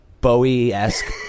Bowie-esque